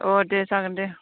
अह दे जागोन दे